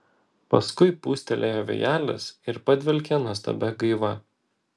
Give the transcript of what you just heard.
paskui pūstelėjo vėjelis ir padvelkė nuostabia gaiva